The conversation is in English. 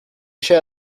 share